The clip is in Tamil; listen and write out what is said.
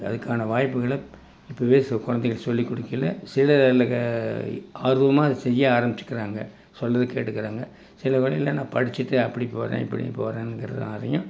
அதுக்கான வாய்ப்புகளை இப்போவே சில கொழந்தைகளுக்கு சொல்லி கொடுக்கையில சிலர் லக ஆர்வமாக செய்ய ஆரம்பிச்சுக்கிறாங்க சொல்றதை கேட்டுக்கிறாங்க சில நான் படிச்சுட்டு அப்படி போகிறேன் இப்படி போகிறேங்கிறதுனாலையும்